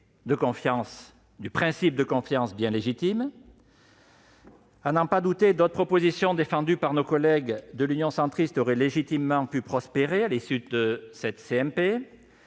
au respect du principe de confiance légitime. À n'en pas douter, d'autres propositions défendues par nos collègues du groupe Union Centriste auraient légitimement pu prospérer à l'issue de cette